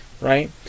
Right